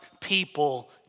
people